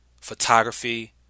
photography